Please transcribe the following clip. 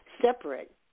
separate